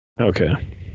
Okay